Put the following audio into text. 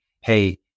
hey